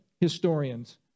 historians